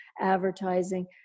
advertising